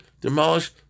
demolish